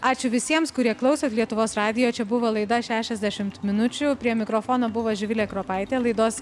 ačiū visiems kurie klausot lietuvos radijo čia buvo laida šešiasdešimt minučių prie mikrofono buvo živilė kropaitė laidos